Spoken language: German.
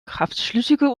kraftschlüssige